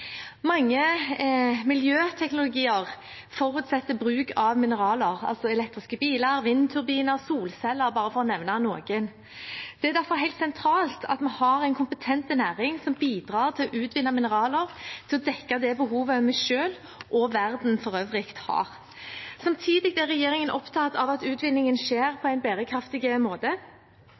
Mange miljøteknologier forutsetter bruk av mineraler, altså elektriske biler, vindturbiner og solceller – bare for å nevne noen. Det er derfor helt sentralt at vi har en kompetent næring som bidrar til å utvinne mineraler og til å dekke det behovet vi selv og verden for øvrig har. Samtidig er regjeringen opptatt av at utvinningen skjer på en bærekraftig måte.